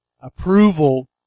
approval